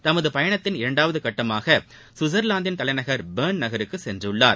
தனது பயணத்தின் இரண்டாவது கட்டமாக கவிட்சர்வாந்தின் தலைநகர் பெர்ன் நகருக்கு சென்றுள்ளார்